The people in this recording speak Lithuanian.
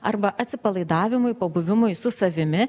arba atsipalaidavimui pabuvimui su savimi